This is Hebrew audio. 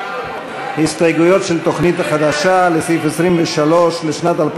ההסתייגויות לסעיף 23, משרד הרווחה